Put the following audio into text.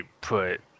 put